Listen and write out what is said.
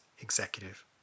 executive